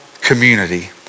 community